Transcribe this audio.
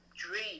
dream